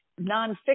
nonfiction